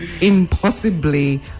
impossibly